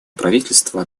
правительства